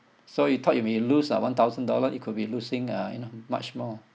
so you thought you may lose like one thousand dollar it could be losing uh you know much more